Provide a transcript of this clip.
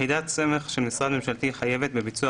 (ג)יחידת סמך של משרד ממשלתי חייבת בביצוע